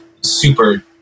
super